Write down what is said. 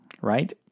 right